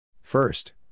First